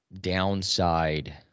downside